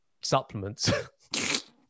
supplements